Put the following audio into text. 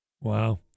Wow